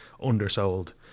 undersold